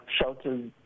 shelters